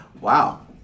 Wow